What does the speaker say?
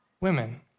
women